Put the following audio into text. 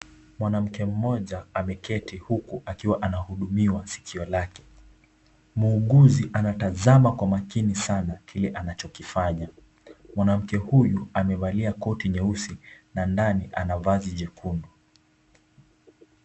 Mwanamke mmoja ameketi huku akiwa anahudumiwa sikio lake, muuguzi anatazama kwa makini sana kile anakokifanya, mwanamke huyu amevalia koti nyeusi na ndani amevaa vazi jekundu.